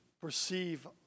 perceive